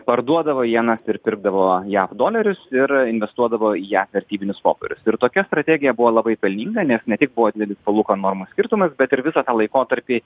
parduodavo ienas ir pirkdavo jav dolerius ir investuodavo į jav vertybinius popierius ir tokia strategija buvo labai pelninga nes ne tik buvo didelis palūkanų normų skirtumas bet ir visą tą laikotarpį